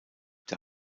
der